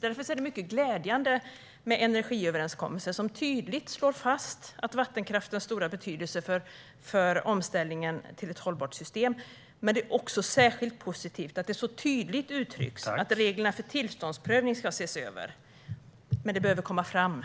Därför är det mycket glädjande med en energiöverenskommelse som tydligt slår fast vattenkraftens stora betydelse för omställningen till ett hållbart system. Det är också särskilt positivt att det så tydligt uttrycks att reglerna för tillståndsprövning ska ses över, men arbetet behöver gå framåt.